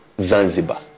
Zanzibar